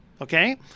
Okay